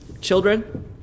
Children